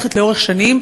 מתמשכת לאורך שנים.